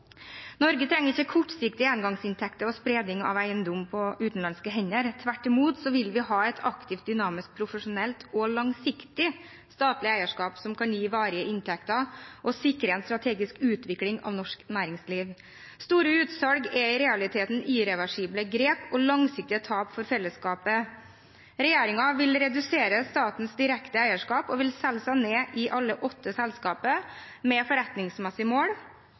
Norge trenger ikke kortsiktige engangsinntekter og spredning av eiendom på utenlandske hender. Tvert imot – vi vil ha et aktivt, dynamisk, profesjonelt og langsiktig statlig eierskap som kan gi varige inntekter og sikre en strategisk utvikling av norsk næringsliv. Store utsalg er i realiteten irreversible grep og langsiktige tap for fellesskapet. Regjeringen vil redusere statens direkte eierskap, og vil selge seg ned i alle de åtte selskapene som omtales som selskaper med forretningsmessig mål.